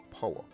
power